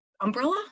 umbrella